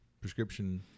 prescription